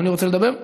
אדוני רוצה לדבר?